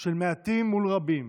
של מעטים מול רבים,